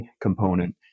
component